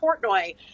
Portnoy